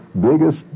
biggest